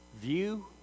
view